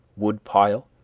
wood-pile,